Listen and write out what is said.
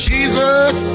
Jesus